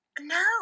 No